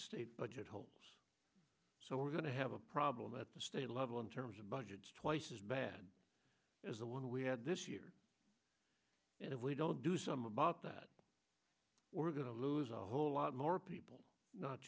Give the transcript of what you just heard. state budget holes so we're going to have a problem at the state level in terms of budgets twice as bad as the one we had this year and if we don't do some about that we're going to lose a whole lot more people not